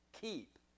Keep